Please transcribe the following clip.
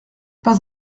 pas